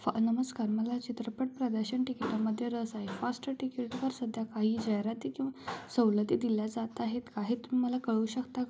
फ नमस्कार मला चित्रपट प्रदर्शन तिकीटामध्ये रस आहे फास्ट तिकीटवर सध्या काही जाहिराती किंवा सवलती दिल्या जात आहेत आहेत तुम्हाला कळवू शकता का